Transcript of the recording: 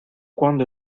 cuando